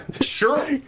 sure